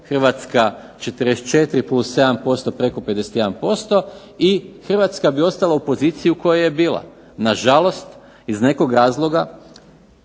Hrvatska 44 + 7% preko 51% i Hrvatska bi ostala u poziciji u kojoj je bila. Nažalost, iz nekog razloga